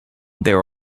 there